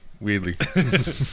Weirdly